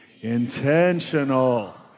Intentional